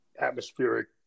atmospheric